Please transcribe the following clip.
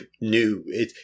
new